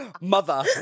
Mother